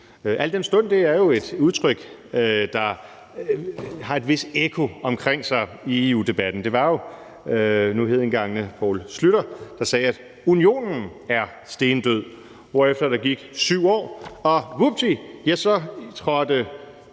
al den stund det jo er et udtryk, der har et vist ekko over sig med hensyn tilEU-debatten. Det var jo den nu hedengangne Poul Schlüter, der sagde, at Unionen er stendød, hvorefter der gik 7 år, og vupti, så trådte